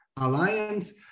alliance